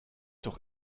doch